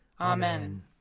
Amen